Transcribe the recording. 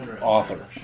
author